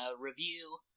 review